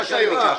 זה מה שאני ביקשתי.